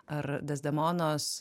ar dezdemonos